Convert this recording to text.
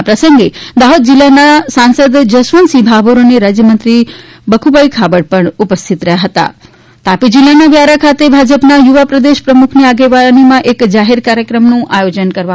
આ પ્રંસગે દાહોદ જિલ્લાના સાંસદ જશવંતસિંહ ભાભોર અને રાજયમંત્રી બયુભાઇ ખાબડ પણ ઉપસ્થિત રહ્યા હતા તાપી જિલ્લાના વ્યારા ખાતે ભાજપના યુવા પ્રદેશ પ્રમુખ ની આગેવાનીમાં એક જાહેર કાર્યક્રમ નું આયોજન કરવામા આવ્યું હતું તા